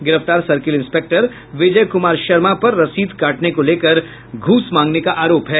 गिरफ्तार circle inspector Vijay Kumar Sharma पर रसीद काटने को लेकर े घूस मांगने का आरोप है